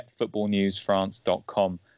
getfootballnewsfrance.com